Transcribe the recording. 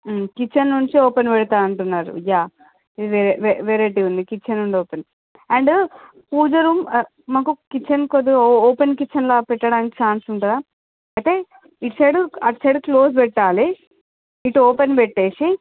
kitchen నుంచి open పెడుతా అంటున్నారు యా ఇది వే వెరైటీ ఉంది కిచెన్ నుండి ఓపెన్ అండ్ పూజ రూమ్ మాకు కిచెన్ కొద్దిగా ఓ ఓపెన్ కిచెన్లాగ పెట్టడానికి ఛాన్స్ ఉంటుందా అయితే ఇటు సైడు అటు సెడు క్లోస్ వెట్టాలి ఇటు ఓపెన్ పెట్టేసి